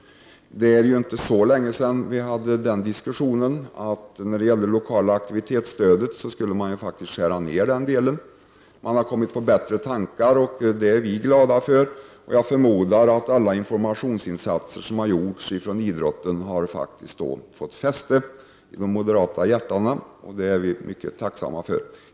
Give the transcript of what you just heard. Det är ju inte så länge sedan vi hade en diskussion om att man skulle skära ner det lokala aktivitetsstödet. Man har kommit på bättre tankar, och det är vi glada för. Jag förmodar att alla informationsinsatser som har gjorts från idrotten har fått fäste i de moderata hjärtana. Det är vi tacksamma för.